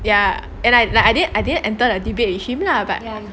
ya and like I didn't I didn't enter the debate with him lah but